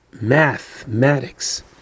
mathematics